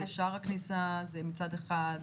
זה שער הכניסה מצד אחד,